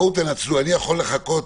אני יכול לחכות,